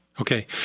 Okay